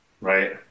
right